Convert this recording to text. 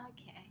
Okay